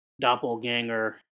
doppelganger